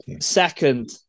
Second